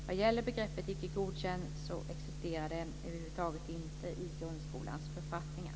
Vad gäller begreppet Icke godkänd så existerar det över huvud taget inte i grundskolans författningar.